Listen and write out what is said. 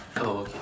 oh okay